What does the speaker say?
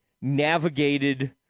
navigated